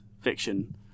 fiction